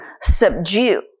subdue